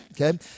okay